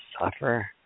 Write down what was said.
suffer